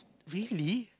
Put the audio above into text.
really